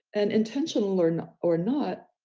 and intentional or not, or not,